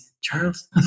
Charles